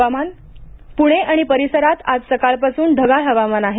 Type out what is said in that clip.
हवामान पुणे आणि परिसरात आज सकाळपासून ढगाळ हवामान आहे